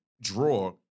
draw